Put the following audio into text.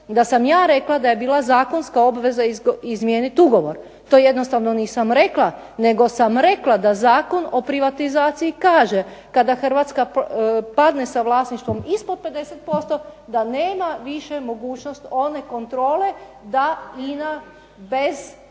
da sam ja rekla da je bila zakonska obveza izmijeniti ugovor. To jednostavno nisam rekla, nego sam rekla da Zakon o privatizaciji kaže kada Hrvatska padne sa vlasništvom ispod 50% da nema više mogućnost one kontrole da INA bez suglasnosti